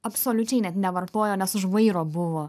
absoliučiai net nevartojo nes už vairo buvo